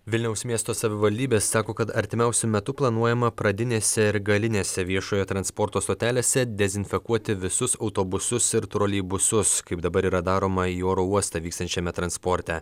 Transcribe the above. vilniaus miesto savivaldybė sako kad artimiausiu metu planuojama pradinėse ir galinėse viešojo transporto stotelėse dezinfekuoti visus autobusus ir troleibusus kaip dabar yra daroma į oro uostą vykstančiame transporte